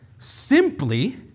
Simply